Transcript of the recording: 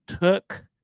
took